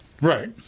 right